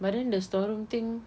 but then the store room thing